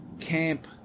Camp